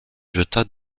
jeta